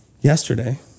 Yesterday